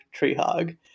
Treehog